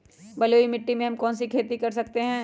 बलुई मिट्टी में हम कौन कौन सी खेती कर सकते हैँ?